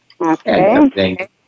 Okay